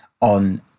on